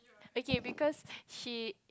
okay because she